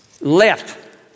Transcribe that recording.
Left